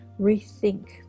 rethink